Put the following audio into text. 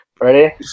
Ready